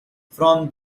from